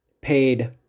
paid